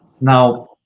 Now